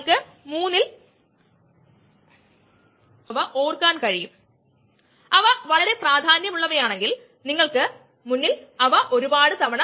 ഈ പ്രത്യേക കാര്യം അതിന്റെ പ്രത്യാഘാതകൾ നമുക്ക് പൊതുവായി പറയാം